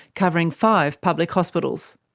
covering five public hospitals.